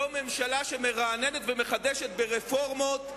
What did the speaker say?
זו ממשלה שמרעננת ומחדשת ברפורמות,